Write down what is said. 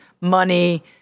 money